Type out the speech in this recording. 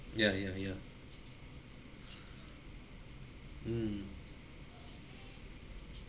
ya ya ya mm